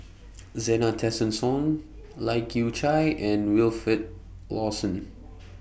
Zena Tessensohn Lai Kew Chai and Wilfed Lawson